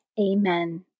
Amen